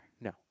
No